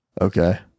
Okay